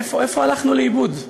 איפה הלכנו לאיבוד?